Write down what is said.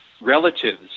relatives